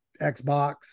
Xbox